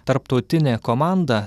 tarptautinė komanda